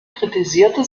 kritisierte